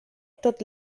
tot